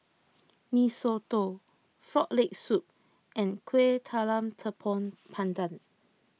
Mee Soto Frog Leg Soup and Kuih Talam Tepong Pandan